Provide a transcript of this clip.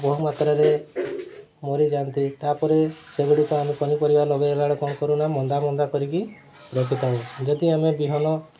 ବହୁମାତ୍ରାରେ ମରିଯାଆନ୍ତି ତା'ପରେ ସେଗୁଡ଼ିକୁ ଆମେ ପନିପରିବା ଲଗେଇଲା ବେଳେ କ'ଣ କରୁନା ମନ୍ଦା ମନ୍ଦା କରିକି ରଖିଥାଉ ଯଦି ଆମେ ବିହନ